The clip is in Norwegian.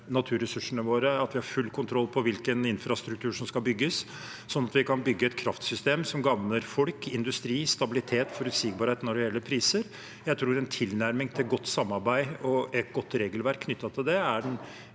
naturressursene våre, at vi har full kontroll på hvilken infrastruktur som skal bygges, sånn at vi kan bygge et kraftsystem som gagner folk, industri, stabilitet og forutsigbarhet når det gjelder priser. Jeg tror en tilnærming til et godt samarbeid og et godt regelverk knyttet til det er den